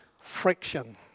friction